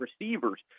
receivers